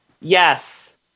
Yes